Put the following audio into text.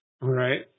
Right